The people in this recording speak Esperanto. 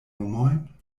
nomojn